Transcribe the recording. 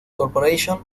corporation